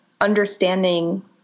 understanding